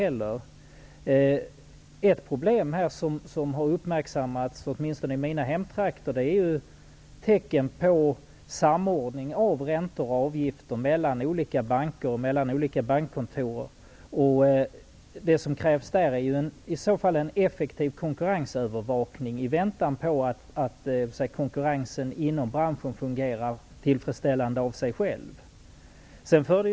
Ett problem som har uppmärksammats, åtminstone i mina hemtrakter, är tecken på samordning av räntor och avgifter mellan olika banker och mellan olika bankkontor. Det som krävs där är i så fall en effektiv konkurrensövervakning, i väntan på att konkurrensen inom branschen fungerar tillfredsställande av sig själv.